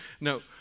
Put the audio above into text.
No